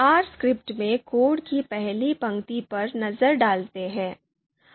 R script में code की पहली पंक्ति पर नजर डालते हैं